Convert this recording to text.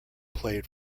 played